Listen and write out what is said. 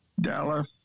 Dallas